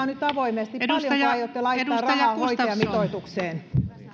nyt avoimesti paljonko aiotte laittaa rahaa hoitajamitoitukseen